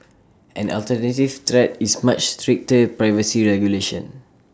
an alternative threat is much stricter privacy regulation